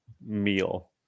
meal